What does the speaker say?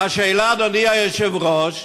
השאלה, אדוני היושב-ראש,